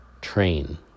train